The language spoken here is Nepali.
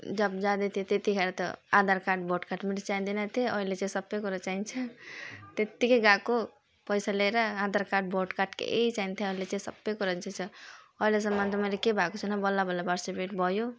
जब जाँदै थिएँ त्यतिखेर त आधार कार्ड भोट कार्ड पनि चाहिँदैन्थ्यो अहिले चाहिँ सबै कुरो चाहिन्छ त्यत्तिकै गएको पैसा लिएर आधार कार्ड भोट कार्ड केही चाहिन्थ्यो अहिले चाहिँ सबै कुरा चाहिन्छ अहिलेसम्म त मेरो केही भएको छैन बल्ल बल्ल बर्थ सर्टिफिकेट भयो